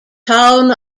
town